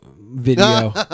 video